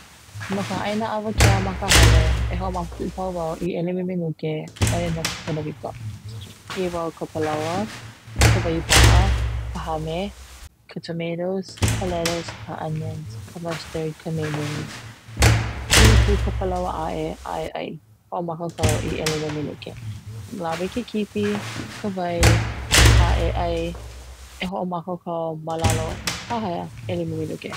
No ka ʻaina awakea ma ka hale, e hoʻomakaukau wau i ʻelima minuke oia no ke kanawika kiʻi wau ka palaoa, Ka waiʻupaʻa, Ka hami, ka tomatoe, ka lettuce, Ka onioni, Ka mustard, Ka mayonnaise, hui pu ka palaoa aʻe ʻai hoʻomakaukau i ʻelima minuke lawe ke kipi, ka wai aʻe ai e hoʻomakaukau ma lalo paha ʻelima minuke.